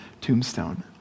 tombstone